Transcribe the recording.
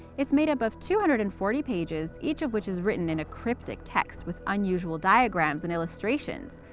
it's made up of two hundred and forty pages, each of which is written in a cryptic text with unusual diagrams and illustrations.